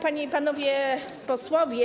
Panie i Panowie Posłowie!